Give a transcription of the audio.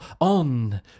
on